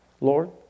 Lord